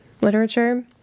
literature